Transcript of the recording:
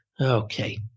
Okay